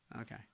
Okay